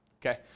Okay